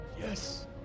Yes